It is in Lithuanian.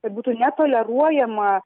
kad būtų netoleruojama